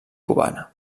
cubana